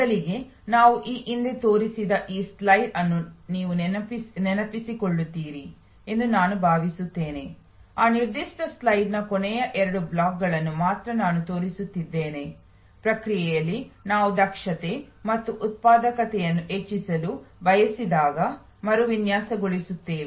ಮೊದಲಿಗೆ ನಾನು ಈ ಹಿಂದೆ ತೋರಿಸಿದ ಈ ಸ್ಲೈಡ್ ಅನ್ನು ನೀವು ನೆನಪಿಸಿಕೊಳ್ಳುತ್ತೀರಿ ಎಂದು ನಾನು ಭಾವಿಸುತ್ತೇನೆ ಆ ನಿರ್ದಿಷ್ಟ ಸ್ಲೈಡ್ನ ಕೊನೆಯ ಎರಡು ಬ್ಲಾಕ್ಗಳನ್ನು ಮಾತ್ರ ನಾನು ತೋರಿಸುತ್ತಿದ್ದೇನೆ ಪ್ರಕ್ರಿಯೆಯಲ್ಲಿ ನಾವು ದಕ್ಷತೆ ಮತ್ತು ಉತ್ಪಾದಕತೆಯನ್ನು ಹೆಚ್ಚಿಸಲು ಬಯಸಿದಾಗ ಮರುವಿನ್ಯಾಸಗೊಳಿಸುತ್ತೇವೆ